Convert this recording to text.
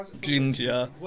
ginger